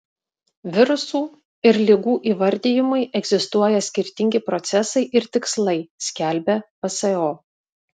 virusų ir ligų įvardijimui egzistuoja skirtingi procesai ir tikslai skelbia pso